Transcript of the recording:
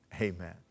Amen